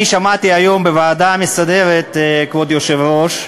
אני שמעתי היום בוועדה המסדרת, כבוד היושב-ראש,